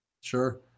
Sure